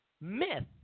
myth